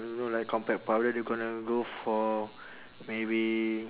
you know like compact powder they gonna go for maybe